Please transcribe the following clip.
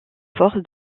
force